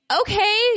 okay